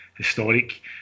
historic